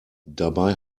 dabei